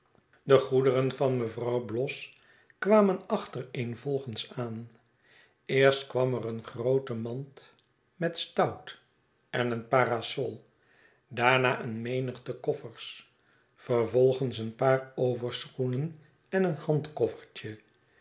de goederen van mevrouw bloss kwamen achtereenvolgensaan eerstkwam er een groote mand met stout en een parasol daarna een menigte koffers vervolgens een paar overschoenen en een